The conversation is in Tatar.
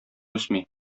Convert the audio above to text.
үсми